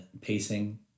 pacing